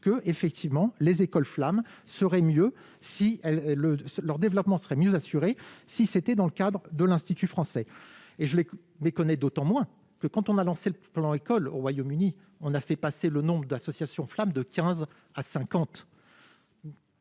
le leur développement serait mieux assurée si c'était dans le cadre de l'institut français et je ai connaît d'autant moins que quand on a lancé le plan école au Royaume-Uni, on a fait passer le nombre d'associations flammes de 15 à 50.